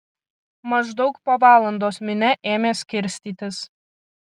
maždaug po valandos minia ėmė skirstytis